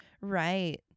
Right